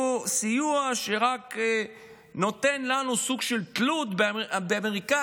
הוא סיוע שרק נותן לנו סוג של תלות באמריקאים,